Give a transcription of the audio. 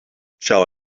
shall